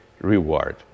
reward